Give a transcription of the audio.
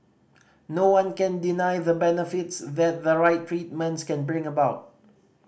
no one can deny the benefits that the right treatments can bring about